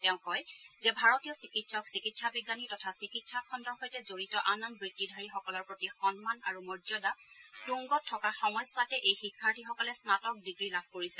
তেওঁ কয় যে ভাৰতীয় চিকিৎসক চিকিৎসা বিজ্ঞানী তথা চিকিৎসা খণ্ডৰ সৈতে জড়িত আন আন বৃত্তিধাৰীসকলৰ প্ৰতি সন্মান আৰু মৰ্যাদা তুংগত থকা সময়ছোৱাতে এই শিক্ষাৰ্থীসকলে স্নাতক ডিগ্ৰী লাভ কৰিছে